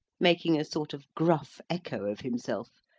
making a sort of gruff echo of himself,